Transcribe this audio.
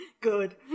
Good